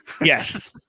Yes